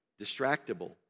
distractible